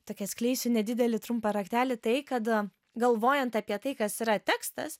tokia atskleisiu nedidelį trumpą raktelį tai kad galvojant apie tai kas yra tekstas